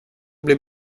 blir